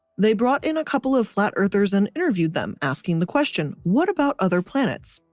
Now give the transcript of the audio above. they brought in a couple of flat-earthers and interviewed them, asking the question, what about other planets?